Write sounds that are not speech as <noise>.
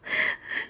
<laughs>